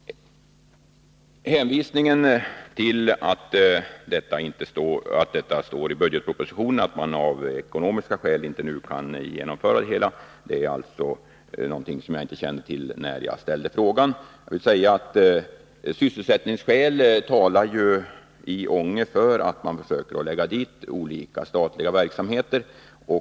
Bostadsministern hänvisade till propositionen, där det står att man av ekonomiska skäl inte kan inrätta anstalten nu, men detta kände jag inte till när jag ställde frågan. På grund av sysselsättningsläget i Ånge finns det emellertid skäl att förlägga olika statliga verksamheter dit.